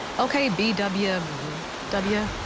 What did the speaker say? okay b w w.